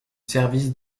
service